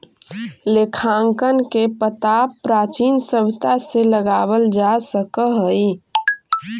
लेखांकन के पता प्राचीन सभ्यता से लगावल जा सकऽ हई